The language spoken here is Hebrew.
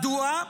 מדוע?